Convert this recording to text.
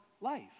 life